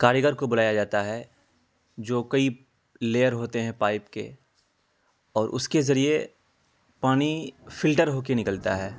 کاریگر کو بلایا جاتا ہے جو کئی لیئر ہوتے ہیں پائپ کے اور اس کے ذریعے پانی فلٹر ہو کے نکلتا ہے